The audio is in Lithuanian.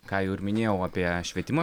ką jau ir minėjau apie švietimą